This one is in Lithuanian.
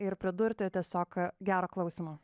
ir pridurti tiesiog gero klausymo